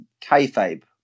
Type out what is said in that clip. kayfabe